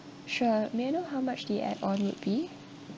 sure may I know how much the add on would be